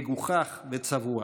מגוחך וצבוע.